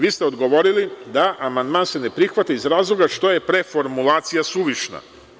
Vi ste odgovorili da se amandman ne prihvata iz razloga što je preformulacija suvišna.